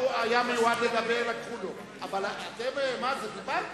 הוא היה מיועד לדבר, לקחו לו, אבל אתם דיברתם.